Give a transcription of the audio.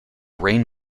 rain